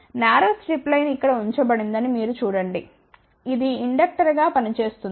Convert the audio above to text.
narrow strip line ఇక్కడ ఉపయోగించబడిందని చూడండి ఇది ఇండక్టర్ గా పని చేస్తుంది